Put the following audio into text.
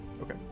okay